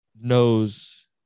knows